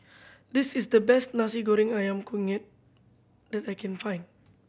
this is the best Nasi Goreng Ayam Kunyit that I can find